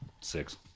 Six